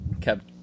kept